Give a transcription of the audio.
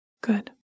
Good